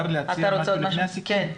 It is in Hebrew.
לפני כן,